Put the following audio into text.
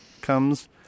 comes